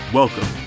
welcome